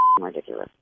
ridiculous